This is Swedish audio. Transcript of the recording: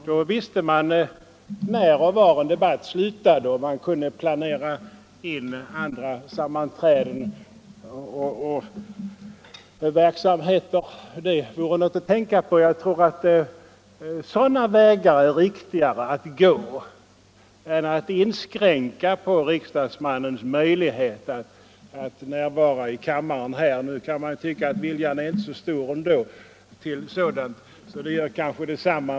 Då visste man när och var en debatt slutade, och man kunde planera in andra sammanträden och verksamheter. Det vore något att tänka på. Jag tror att det är riktigare att gå sådana vägar än att inskränka på riksdagsmannens möjlighet att närvara i kammaren. Nu kan man tycka att viljan till sådant inte är så stor ändå, så det gör kanske detsamma.